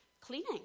cleaning